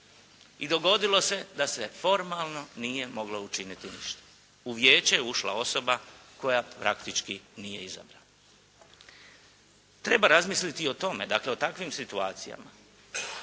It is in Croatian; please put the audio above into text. i dogodilo se da se formalno nije moglo učiniti ništa. U vijeće je ušla osoba koja praktički nije izabrana. Treba razmisliti o tome, dakle i o takvim situacijama.